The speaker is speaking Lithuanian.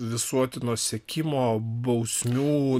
visuotino sekimo bausmių